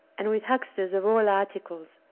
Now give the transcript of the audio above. and with hucksters of all articles,